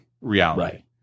Reality